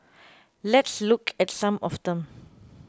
let's look at some of them